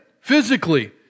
physically